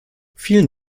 vielen